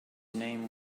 name